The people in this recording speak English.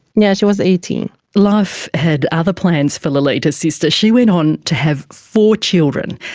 yeah she was eighteen. life had other plans for lolita's sister, she went on to have four children,